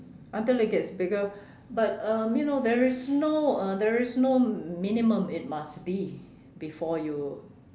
until it gets bigger but um you know there is no uh there is no minimum it must be before you